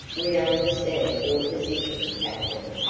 we understand your position, captain,